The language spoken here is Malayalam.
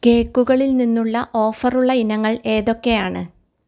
കേക്കുകളിൽ നിന്നുള്ള ഓഫർ ഉള്ള ഇനങ്ങൾ ഏതൊക്കെയാണ്